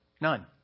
none